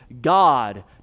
God